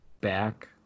back